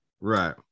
Right